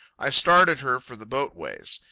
i started her for the boat-ways.